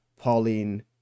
Pauline